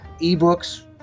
ebooks